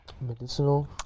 medicinal